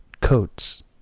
coats